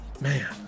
man